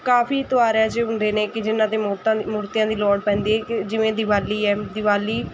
ਕਾਫ਼ੀ ਤਿਉਹਾਰ ਇਹੋ ਜਿਹੇ ਹੁੰਦੇ ਨੇ ਕਿ ਜਿੰਨ੍ਹਾਂ ਦੇ ਮੂਰਤਾਂ ਦੀ ਮੂਰਤੀਆਂ ਦੀ ਲੋੜ ਪੈਂਦੀ ਹੈ ਕਿ ਜਿਵੇਂ ਦਿਵਾਲੀ ਹੈ ਦਿਵਾਲੀ